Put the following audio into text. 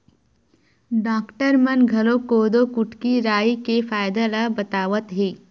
doctor मन घलोक कोदो, कुटकी, राई के फायदा ल बतावत हे